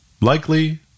likely